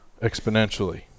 exponentially